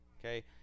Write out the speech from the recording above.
Okay